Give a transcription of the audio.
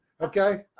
Okay